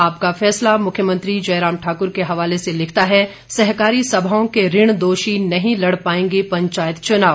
आपका फैसला मुख्यमंत्री जयराम ठाकुर के हवाले से लिखता है सहकारी सभाओं के ऋण दोषी नहीं लड़ पाएंगे पंचायत चुनाव